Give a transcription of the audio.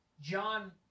John